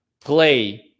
play